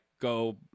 go